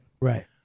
Right